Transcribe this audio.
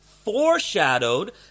foreshadowed